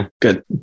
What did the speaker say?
Good